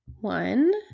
one